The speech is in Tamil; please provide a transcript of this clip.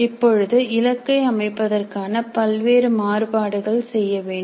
இப்பொழுது இலக்கை அமைப்பதற்கான பல்வேறு மாறுபாடுகள் செய்ய வேண்டும்